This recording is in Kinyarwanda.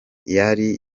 yari